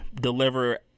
deliver